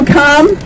come